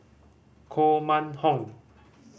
Koh Mun Hong